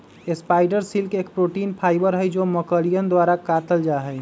spider silk एक protein fibre हई जो मकड़ियन द्वारा कातल जाहई